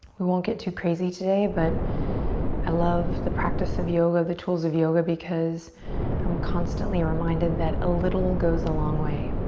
we won't get too crazy today, but i love the practice of yoga, the tools of yoga, because i'm constantly reminded that a little goes a long way.